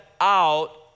out